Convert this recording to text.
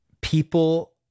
people